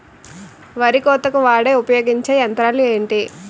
వరి కోతకు వాడే ఉపయోగించే యంత్రాలు ఏంటి?